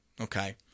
Okay